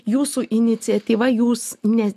jūsų iniciatyva jūs ne